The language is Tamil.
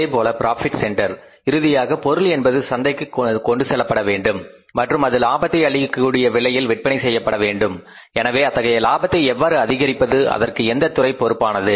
அதுபோலவே ப்ராபிட் சென்டர் இறுதியாக பொருள் என்பது சந்தைக்கு கொண்டு செல்லப்பட வேண்டும் மற்றும் அது லாபத்தை அளிக்கக் கூடிய விலையில் விற்பனை செய்யப்பட வேண்டும் எனவே அத்தகைய லாபத்தை எவ்வாறு அதிகரிப்பது அதற்கு எந்த துறை பொறுப்பானது